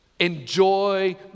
Enjoy